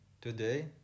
Today